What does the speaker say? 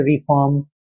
reform